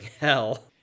hell